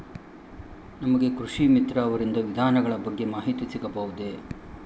ನಮಗೆ ಕೃಷಿ ಮಿತ್ರ ಅವರಿಂದ ವಿಧಾನಗಳ ಬಗ್ಗೆ ಮಾಹಿತಿ ಸಿಗಬಹುದೇ?